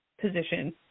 position